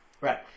Right